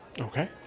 Okay